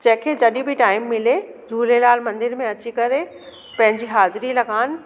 जंहिंखे जॾहिं बि टाइम मिले झूलेलाल मंदिर में अची करे पंहिंजी हाज़िरी लॻाइन